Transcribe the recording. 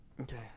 Okay